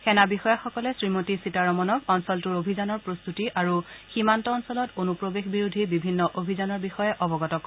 সেনাবিষয়াসকলে শ্ৰীমতী সীতাৰমণক অঞ্চলটোৰ অভিযানৰ প্ৰস্তুতি আৰু সীমান্ত অঞ্চলত অনুপ্ৰৱেশ বিৰোধী বিভিন্ন অভিযানৰ বিষয়ে অৱগত কৰে